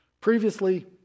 Previously